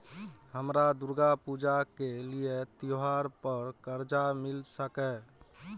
हमरा दुर्गा पूजा के लिए त्योहार पर कर्जा मिल सकय?